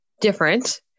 different